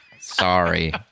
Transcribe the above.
Sorry